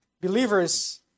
Believers